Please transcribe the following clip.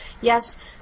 Yes